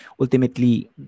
ultimately